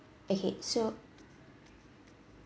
okay so